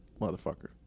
motherfucker